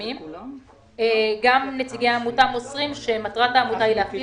גם נציגי העמותה מוסרים שמטרת העמותה היא להפעיל